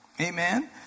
Amen